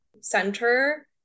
center